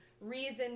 Reason